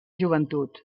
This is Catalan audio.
joventut